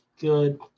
Good